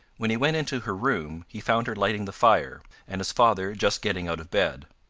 when he went into her room he found her lighting the fire, and his father just getting out of bed.